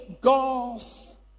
God's